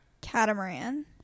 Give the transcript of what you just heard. Catamaran